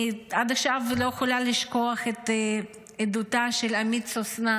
אני עד עכשיו לא יכולה לשכוח את עדותה של עמית סוסנה,